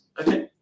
okay